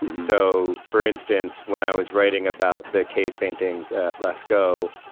and so, for instance, when i was writing about the cave paintings at lascaux,